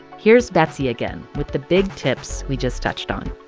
here's betsy again with the big tips we just touched on.